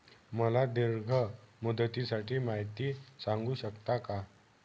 मला दीर्घ मुदतीसाठी माहिती सांगू शकता का?